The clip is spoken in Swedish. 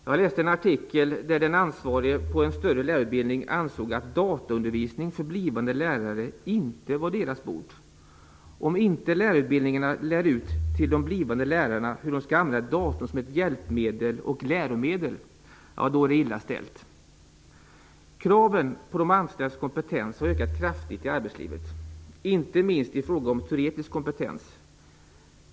Jag läste en artikel där den ansvarige på en större lärarutbildning ansåg att dataundervisning för blivande lärare inte var deras bord. Om inte lärarutbildningarna lär ut till de blivande lärarna hur de skall använda datorn som ett hjälpmedel och läromedel är det illa ställt. Kraven på de anställdas kompetens har ökat kraftigt i arbetslivet, inte minst i fråga om teoretisk kompetens.